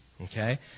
okay